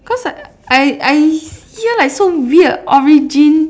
cause like I I hear like so weird origin